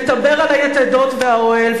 מדבר על היתדות והאוהל.